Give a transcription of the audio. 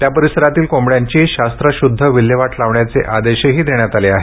त्या परिसरातील कोंबड्यांची शास्त्रशुद्ध विल्हेवाट लावण्याचे आदेशही देण्यात आले आहेत